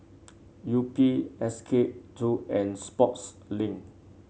Yupi S K two and Sportslink